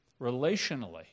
relationally